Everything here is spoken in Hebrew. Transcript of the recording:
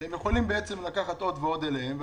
הם יכולים לקחת עוד ועוד אליהם.